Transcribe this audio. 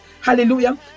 hallelujah